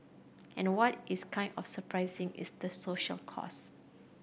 and what is kind of surprising is the social cost